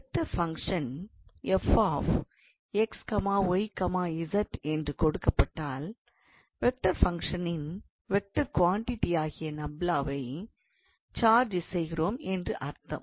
vector function 𝑓 𝑥𝑦𝑧 என்று கொடுக்கப்பட்டால் vector ஃபங்க்ஷனின் வெக்டார் குவாண்டிடி ஆகிய நப்லாவை சார்ஜ் செய்கிறோம் என்று அர்த்தம்